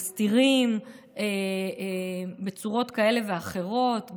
מסתירים בצורות כאלה ואחרות,